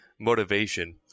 motivation